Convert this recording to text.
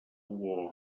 war